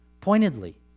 pointedly